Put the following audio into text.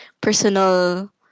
personal